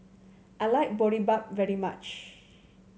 I like Boribap very much